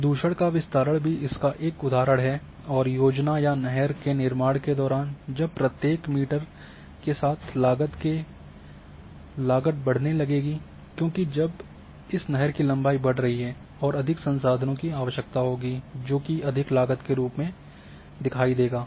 प्रदूषण का विस्तारण भी इसका एक उदाहरण है और योजना या नहर के निर्माण के दौरान जब प्रत्येक मीटर के साथ लागत के बढ़ाने लगेगी क्योंकि जब इस नहर की लंबाई बढ़ रही है तो अधिक संसाधनों की आवश्यकता होगी जो कि अधिक लागत के रूप में दिखायी देगा